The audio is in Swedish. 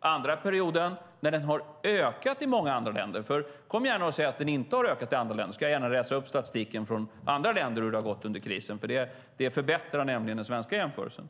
Andra perioden har den ökat i många andra länder. Kom gärna och säg att den inte har ökat i andra länder, så ska jag gärna läsa upp siffror för hur det har gått för andra länder under krisen, för det förbättrar nämligen jämförelsen med Sverige.